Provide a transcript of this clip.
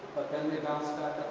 then they bounce